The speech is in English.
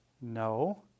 No